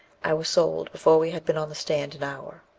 i was sold before we had been on the stand an hour.